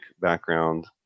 background